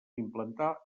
implantar